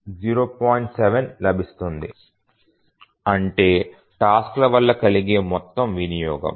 7 లభిస్తుంది అంటే టాస్క్ ల వల్ల కలిగే మొత్తం వినియోగం